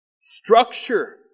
structure